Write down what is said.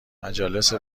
مجالس